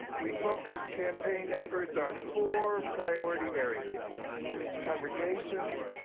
we focused campaign efforts on four priority areas congregations,